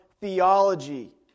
theology